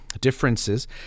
differences